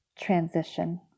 transition